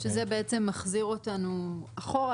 שזה בעצם מחזיר אותנו אחורה.